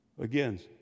again